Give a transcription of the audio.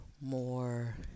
more